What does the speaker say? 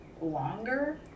longer